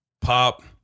Pop